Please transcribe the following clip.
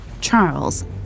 Charles